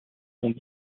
sont